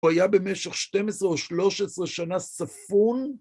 ‫הוא היה במשך 12 או 13 שנה ספון.